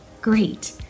great